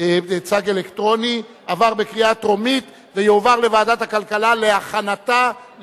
התשע"א 2011, לדיון מוקדם בוועדת הכלכלה נתקבלה.